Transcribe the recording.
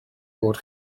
bod